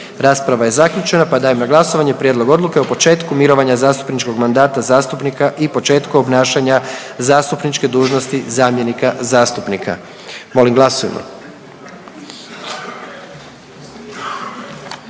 Rasprava je zaključena pa dajem na glasovanje prijedlog odluke o početku mirovanja zastupničkog mandata zastupnika i početku obnašanja zastupničke dužnosti zamjenika zastupnika. Molim glasujmo.